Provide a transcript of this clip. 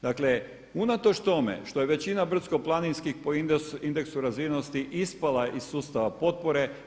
Dakle, unatoč tome što je većina brdsko-planinskih po indeksu razvijenosti ispala iz sustava potpore.